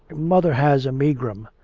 mother has a megrim,